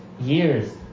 years